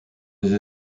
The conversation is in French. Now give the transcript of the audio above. des